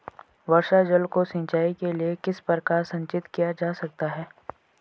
वर्षा जल को सिंचाई के लिए किस प्रकार संचित किया जा सकता है?